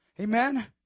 Amen